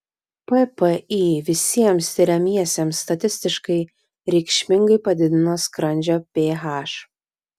ppi visiems tiriamiesiems statistiškai reikšmingai padidino skrandžio ph